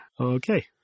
Okay